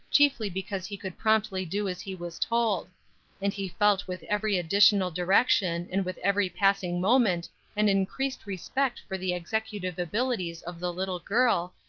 chiefly because he could promptly do as he was told and he felt with every additional direction and with every passing moment an increased respect for the executive abilities of the little girl,